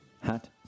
Hat